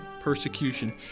persecution